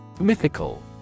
Mythical